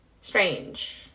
Strange